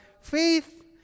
faith